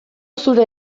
zure